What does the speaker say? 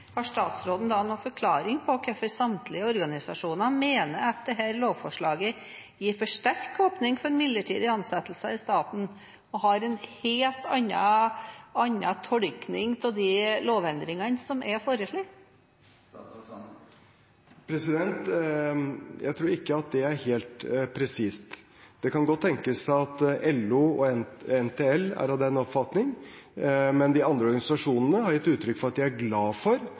Har statsråden da noen forklaring på hvorfor samtlige organisasjoner mener at dette lovforslaget gir for sterk åpning for midlertidige ansettelser i staten, og har en helt annen tolkning av de lovendringene som er foreslått? Jeg tror ikke at det er helt presist. Det kan godt tenkes at LO og NTL er av den oppfatning, men de andre organisasjonene har gitt uttrykk for at de er glade for